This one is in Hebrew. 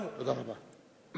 תודה רבה.